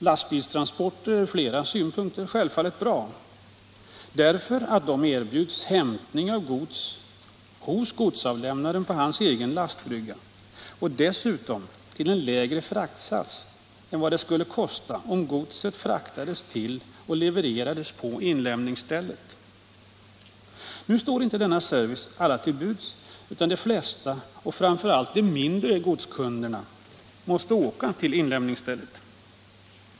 Lastbilstransporter är ur flera synpunkter självfallet bra, därför att de erbjuder hämtning av gods hos godsinlämnaren på hans egen lastbrygga och dessutom till en lägre fraktsats än vad det skulle kosta om godset fraktades till och levererades på inlämningsstället. Nu står inte denna service alla till buds, utan de flesta och framför allt de mindre godskunderna måste åka till inlämningsstället.